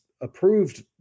approved